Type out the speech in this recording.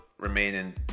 remaining